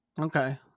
okay